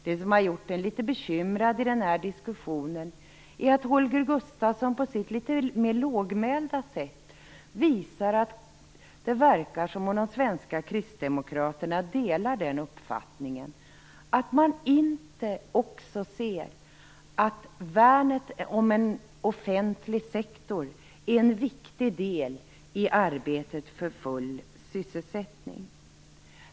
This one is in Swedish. Det som har gjort en litet bekymrad i den här diskussionen är att Holger Gustafsson på sitt litet mer lågmälda sätt visat att de svenska kristdemokraterna verkar dela den uppfattningen. Att man inte också ser att värnet om en offentlig sektor är en viktig del i arbetet för full sysselsättning.